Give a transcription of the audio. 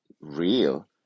real